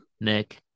Nick